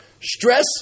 stress